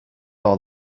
all